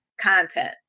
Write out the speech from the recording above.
content